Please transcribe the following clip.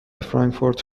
فرانکفورت